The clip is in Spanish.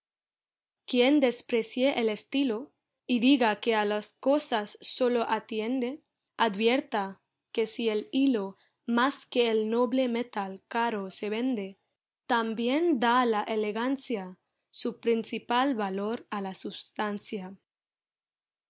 quien desprecie el estilo y diga que a las cosas sólo atiende advierta que si el hilo más que el noble metal caro se vende también da la elegancia su principal valor a la substancia